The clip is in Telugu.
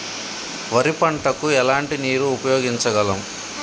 వరి పంట కు ఎలాంటి నీరు ఉపయోగించగలం?